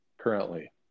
currently